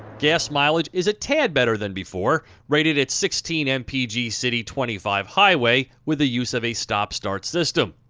gas mileage is a tad better than before, rated at sixteen mpg city twenty five mpg highway with the use of a stop start system.